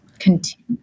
Continue